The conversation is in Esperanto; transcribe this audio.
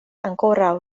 ankoraŭ